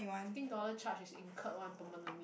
fifteen dollar charge is incurred one permanently